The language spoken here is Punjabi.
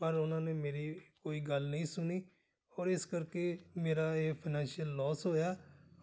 ਪਰ ਉਹਨਾਂ ਨੇ ਮੇਰੀ ਕੋਈ ਗੱਲ ਨਹੀਂ ਸੁਣੀ ਔਰ ਇਸ ਕਰਕੇ ਮੇਰਾ ਇਹ ਫਾਈਨੈਂਸ਼ੀਅਲ ਲੋਸ ਹੋਇਆ